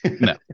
No